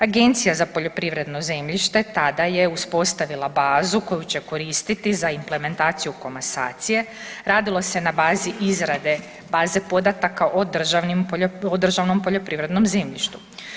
Agencija za poljoprivredno zemljište tada je uspostavila bazu koju će koristiti za implementaciju komasacije, radilo se na bazi izradi baze podataka o državnim, o državnom poljoprivrednom zemljištu.